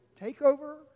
takeover